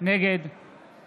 נגד